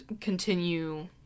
continue